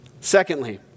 Secondly